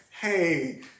hey